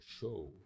show